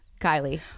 Kylie